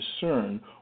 discern